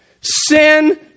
Sin